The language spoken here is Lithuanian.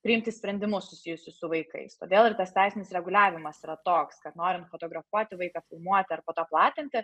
priimti sprendimus susijusius su vaikais todėl ir tas teisinis reguliavimas yra toks kad norint fotografuoti vaiką filmuoti ar po to platinti